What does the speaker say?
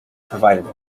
provided